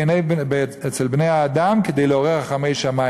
אצל בני-האדם כדי לעורר רחמי שמים.